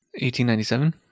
1897